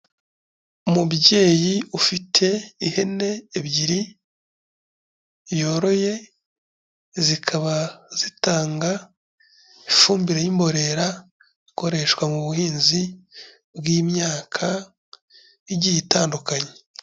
Umubyeyi ufite ihene ebyiri yoroye, zikaba zitanga ifumbire y'imborera ikoreshwa mu buhinzi bw'imyaka igiye itandukanye.